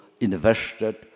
invested